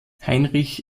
heinrich